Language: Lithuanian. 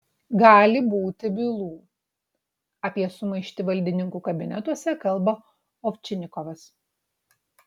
gali būti bylų apie sumaištį valdininkų kabinetuose kalba ovčinikovas